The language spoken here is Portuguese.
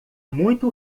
muito